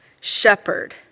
shepherd